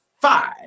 five